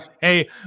Hey